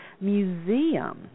museum